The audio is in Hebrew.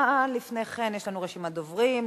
לפני כן יש לנו רשימת דוברים.